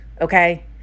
okay